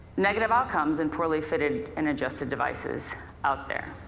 negative outcomes in poorly fitted and adjusted devices out there.